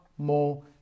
more